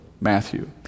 Matthew